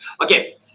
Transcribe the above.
okay